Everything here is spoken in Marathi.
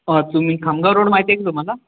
हा तुम्ही खामगाव रोड माहिती आहे का तुम्हाला